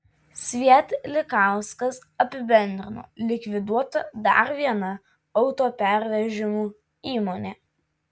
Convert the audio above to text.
svietlikauskas apibendrino likviduota dar viena autopervežimų įmonė